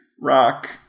rock